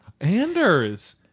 Anders